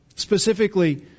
Specifically